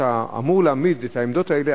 כשאתה אמור להעמיד את העמדות האלה,